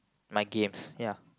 my games ya